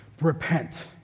Repent